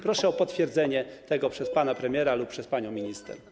Proszę o potwierdzenie tego przez pana premiera lub panią minister.